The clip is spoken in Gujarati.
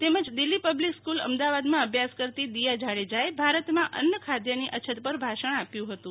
તેમજ દિલ્લી પબ્લિક સ્કુલ અમદાવાદમાં અભ્યાસ કરતી દિયા જાડેજાએ ભારતમાં અન્ન ખાધની અછત પર ભાષણ આપ્યુ હતું